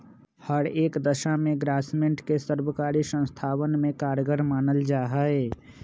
हर एक दशा में ग्रास्मेंट के सर्वकारी संस्थावन में कारगर मानल जाहई